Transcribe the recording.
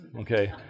Okay